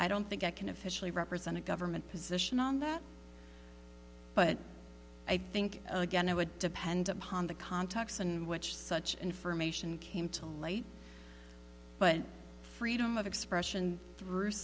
i don't think i can officially represent a government position on that but i think again it would depend upon the context in which such information came to light but freedom of expression